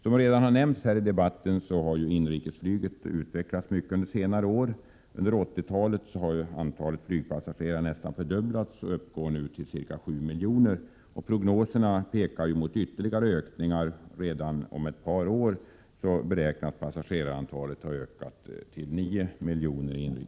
Som bekant har inrikesflyget utvecklats mycket under senare år. Under 80-talet har antalet passagerare nästan fördubblats och uppgår nu till nära 7 miljoner per år. Prognoserna pekar mot ytterligare ökningar, och redan om ett par år torde passagerarantalet i inrikesflyget ha ökat till 9 miljoner.